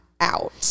out